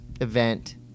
event